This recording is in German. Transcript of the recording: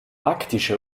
arktische